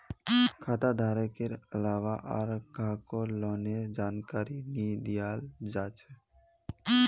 खाता धारकेर अलावा आर काहको लोनेर जानकारी नी दियाल जा छे